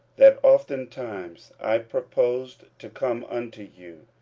that oftentimes i purposed to come unto you,